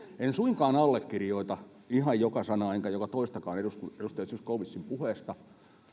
en suinkaan allekirjoita ihan joka sanaa enkä joka toistakaan edustaja edustaja zyskowiczin puheesta